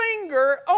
finger